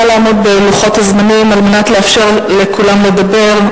נא לעמוד בלוחות הזמנים על מנת לאפשר לכולם לדבר.